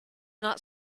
not